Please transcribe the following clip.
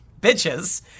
bitches